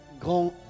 grand